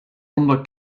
unter